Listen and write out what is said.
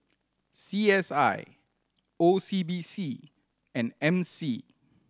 C S I O C B C and M C